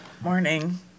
Morning